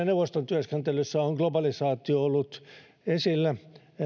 neuvoston työskentelyssä on globalisaatio ollut esillä